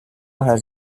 has